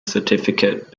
certificate